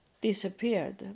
disappeared